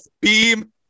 Beam